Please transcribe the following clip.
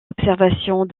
observations